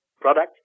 product